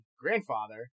grandfather